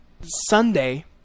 Sunday